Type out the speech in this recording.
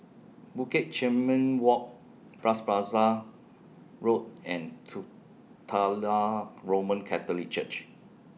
Bukit Chermin Walk Bras Basah Road and two Titular Roman Catholic Church